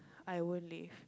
I won't leave